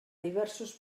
diversos